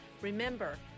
Remember